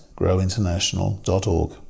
growinternational.org